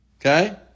Okay